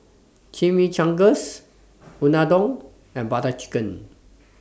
Chimichangas Unadon and Butter Chicken